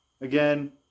Again